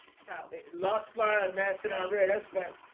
so lost fly master rare, that's fact.